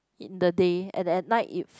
in the day and at night it